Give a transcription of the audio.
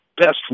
best